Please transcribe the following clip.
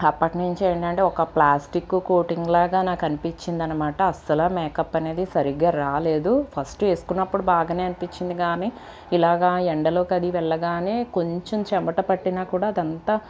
అప్పటి నుంచి ఏంటంటే ఒక ప్లాస్టిక్కు కోటింగ్లాగా నాకు అనిపించింది అనమాట అస్సల మేకప్ అనేది సరిగా రాలేదు ఫస్టు వేసుకున్నప్పుడు బాగానే అనిపిచ్చింది గాని ఇలాగ ఎండలోకదీ వెళ్ళగానే కొంచెం చెమట పట్టినా కూడా అదంతా